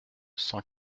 cent